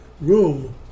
room